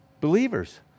Believers